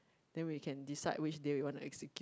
then we can decide which day we want to execute